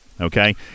okay